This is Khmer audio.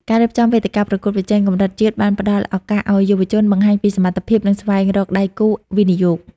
ការរៀបចំវេទិកាប្រកួតប្រជែងកម្រិតជាតិបានផ្ដល់ឱកាសឱ្យយុវជនបង្ហាញពីសមត្ថភាព និងស្វែងរកដៃគូវិនិយោគ។